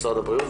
משרד הבריאות,